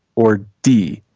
or d,